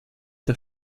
der